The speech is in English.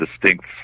distinct